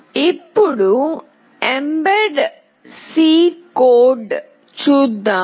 ఇప్పుడు mbed C code చూద్దాం